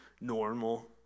normal